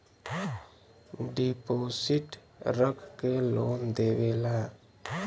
deposit रख के loan देवेला